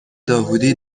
داوودی